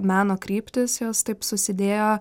meno kryptys jos taip susidėjo